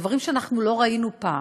דברים שאנחנו לא ראינו פעם.